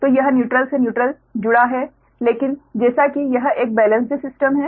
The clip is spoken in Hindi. तो यह न्यूट्रल से न्यूट्रल जुड़ा है लेकिन जैसा कि यह एक बेलेंस्ड सिस्टम है